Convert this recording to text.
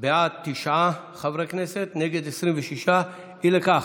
בעד, תשעה חברי כנסת, נגד, 26. אי לכך,